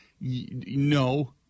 No